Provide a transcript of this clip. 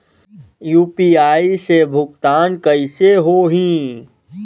UPI से भुगतान कइसे होहीं?